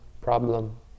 problem